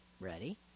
Ready